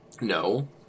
No